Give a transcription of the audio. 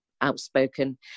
outspoken